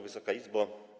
Wysoka Izbo!